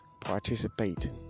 participating